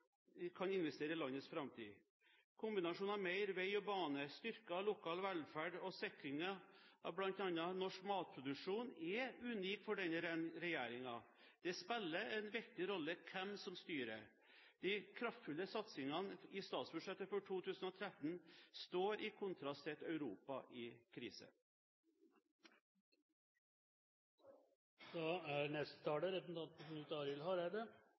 kan investere i landets framtid. Kombinasjonen av mer vei og bane, styrket lokal velferd og sikring av bl.a. norsk matproduksjon er unik for denne regjeringen. Det spiller en viktig rolle hvem som styrer. De kraftfulle satsingene i statsbudsjettet for 2013 står i kontrast til et Europa i